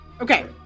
Okay